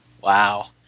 wow